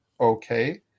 okay